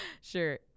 Sure